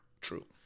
true